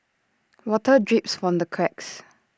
water drips from the cracks